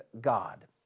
God